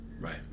Right